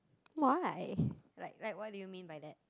why like like what do you mean by that